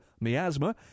miasma